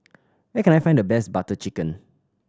where can I find the best Butter Chicken